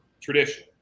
tradition